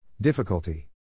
Difficulty